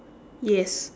yes